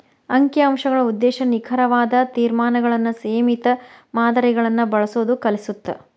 ಅಂಕಿ ಅಂಶಗಳ ಉದ್ದೇಶ ನಿಖರವಾದ ತೇರ್ಮಾನಗಳನ್ನ ಸೇಮಿತ ಮಾದರಿಗಳನ್ನ ಬಳಸೋದ್ ಕಲಿಸತ್ತ